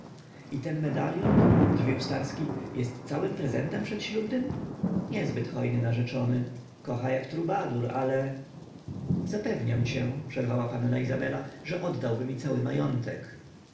i ten medalion drwił starski jest całym prezentem przedślubnym niezbyt hojny narzeczony kocha jak trubadur ale zapewniam cię przerwała panna izabela że oddałby mi cały majątek